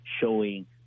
showing